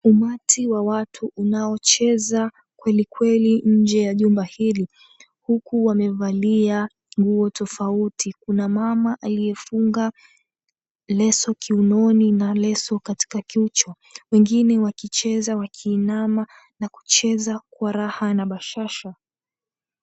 Umati wa watu unaocheza kweli kweli nje ya jumba hili huku wamevalia nguo tofauti. Kuna mama aliyefunga leso kiunoni na leso katika kichwa. Wengine wakicheza wakiinama na kucheza kwa raha na bashasha.